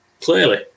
clearly